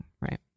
right